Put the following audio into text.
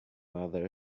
mother